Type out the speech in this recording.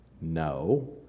No